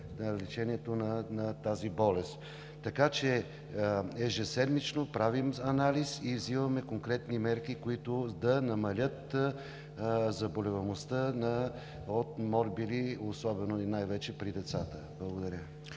с лечението на тази болест. Ежеседмично правим анализ и взимаме конкретни мерки, които да намалят заболеваемостта от морбили особено и най-вече при децата. Благодаря.